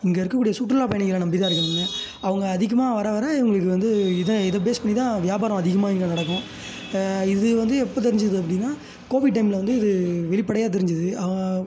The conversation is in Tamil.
இங்கே இருக்கக்கூடிய சுற்றுலா பயணிகளை நம்பி தான் இருக்காங்க அவங்க அதிகமாக வர வர வந்த இவர்களுக்கு வந்து இதை இதை பேஸ் பண்ணி தான் வியாபாரம் அதிகமாக இங்கே நடக்கும் இது வந்து எப்போ தெரிஞ்சுது அப்படினா கோவிட் டைமில் வந்து இது வெளிப்படையாக தெரிஞ்சுது